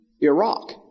Iraq